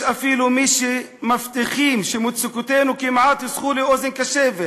יש אפילו מי שמבטיחים שמצוקותינו כמיעוט יזכו לאוזן קשבת